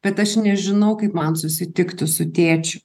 bet aš nežinau kaip man susitikti su tėčiu